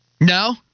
No